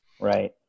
Right